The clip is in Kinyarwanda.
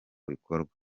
bikorwa